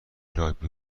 راگبی